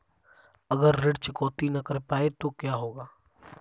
अगर ऋण चुकौती न कर पाए तो क्या होगा?